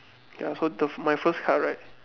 ya so the my first card right